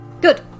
good